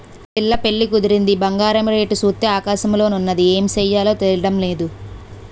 పిల్ల పెళ్లి కుదిరింది బంగారం రేటు సూత్తే ఆకాశంలోన ఉన్నాది ఏమి సెయ్యాలో తెల్డం నేదు